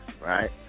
right